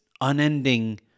unending